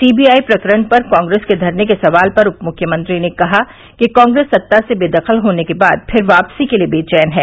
CBI प्रकरण पर कांग्रेस के धरने के सवाल पर उपमुख्यमंत्री ने कहा कि कांग्रेस सता से बेदखल होने के बाद फिर वापसी के लिए बेवैन है